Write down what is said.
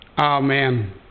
Amen